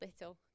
little